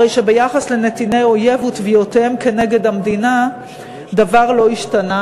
הרי שביחס לנתיני אויב ותביעותיהם כנגד המדינה דבר לא השתנה,